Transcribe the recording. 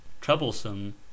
troublesome